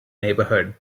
neighborhood